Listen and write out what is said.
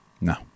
No